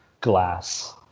glass